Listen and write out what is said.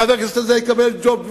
חבר הכנסת הזה יקבל ג'וב בוועדה.